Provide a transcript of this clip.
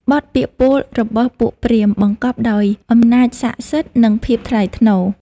បទពាក្យពោលរបស់ពួកព្រាហ្មណ៍ បង្កប់ដោយអំណាចស័ក្តិសិទ្ធិ និងភាពថ្លៃថ្នូរ។